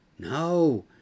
No